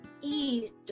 East